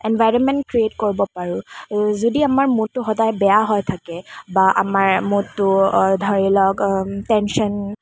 environment create কৰিব পাৰোঁ যদি আমাৰ মুডটো সদায় বেয়া হৈ থাকে বা আমাৰ মুডটো ধৰি লওক টেনশ্বন